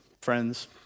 friends